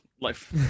life